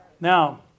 Now